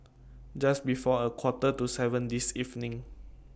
Just before A Quarter to seven This evening